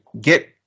get